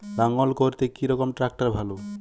লাঙ্গল করতে কি রকম ট্রাকটার ভালো?